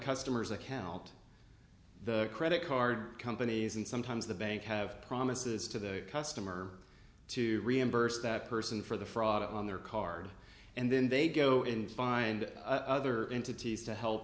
customer's account the credit card companies and sometimes the bank have promises to the customer to reimburse that person for the fraud on their card and then they go and find other entities to help